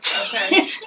Okay